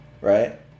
right